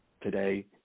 today